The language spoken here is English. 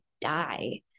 die